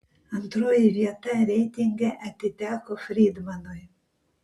antroji vieta reitinge atiteko frydmanui